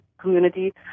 community